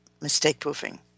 mistake-proofing